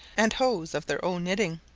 and hose of their own knitting.